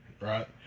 right